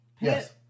Yes